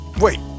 Wait